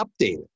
updated